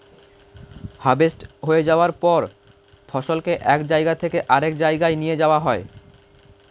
harvest হয়ে যাওয়ার পর ফসলকে এক জায়গা থেকে আরেক জায়গায় নিয়ে যাওয়া হয়